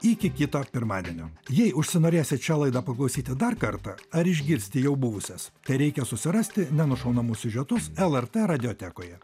iki kito pirmadienio jei užsinorėsit šią laidą paklausyti dar kartą ar išgirsti jau buvusias tereikia susirasti nenušaunamus siužetus lrt radiotekoje